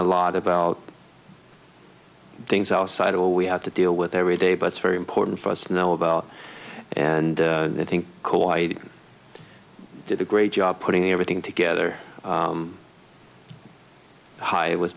a lot about things outside of all we have to deal with every day but it's very important for us know about and i think co i did a great job putting everything together hi it was